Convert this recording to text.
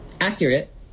accurate